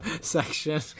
section